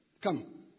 come